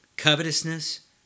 Covetousness